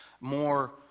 more